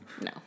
No